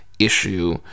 issue